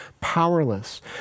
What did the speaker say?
powerless